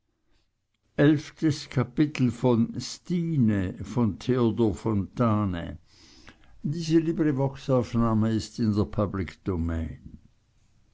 elftes kapitel baron